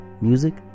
music